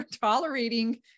tolerating